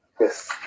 Yes